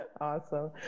Awesome